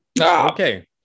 Okay